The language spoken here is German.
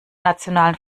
nationalen